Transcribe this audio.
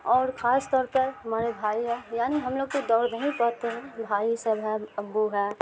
اور خاص طور پر ہمارے بھائی ہے یعنی ہم لوگ تو دوڑتے ہی دوڑتے ہیں بھائی سب ہیں ابو ہے